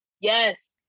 Yes